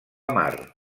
mar